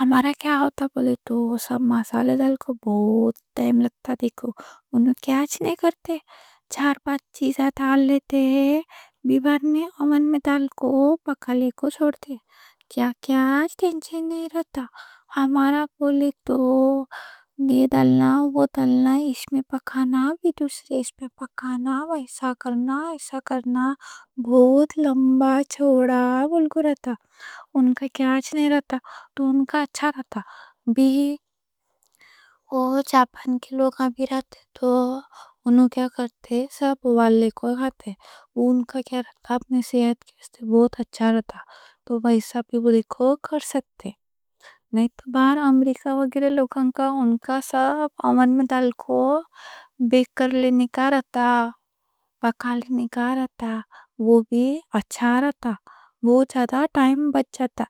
ہمارا کیا ہوتا، بولے تو سب مصالحے ڈال کوں بہت ٹائم لگتا۔ دیکھو انہوں کیا کرتے، چار پانچ چیزاں ڈال لیتے، بعد میں اوون میں ڈال کوں پکا لے کوں چھوڑتے۔ کچھ کچھ ٹینشن نہیں رہتا۔ ہمارا بولے تو یہ ڈالنا، وہ ڈالنا، اس میں پکانا، دوسری اس میں پکانا، ایسا کرنا ایسا کرنا، بہت لمبا چوڑا۔ ان کا اچھا رہتا۔ نہیں تو باہر امریکہ وغیرہ لوگوں کا ان کا سب اوون میں ڈال کوں بیک کر لینے کا رہتا، پکا لینے کا رہتا، وہ بھی اچھا رہتا، وہ زیادہ ٹائم بچ جاتا۔